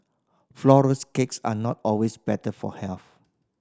flourless cakes are not always better for health